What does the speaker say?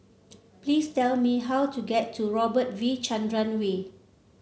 please tell me how to get to Robert V Chandran Way